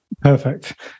Perfect